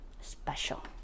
special